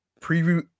Preview